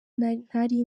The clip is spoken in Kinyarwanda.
ntari